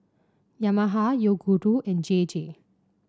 Yamaha Yoguru and J J